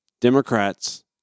Democrats